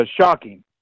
shocking